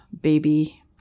baby